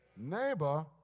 Neighbor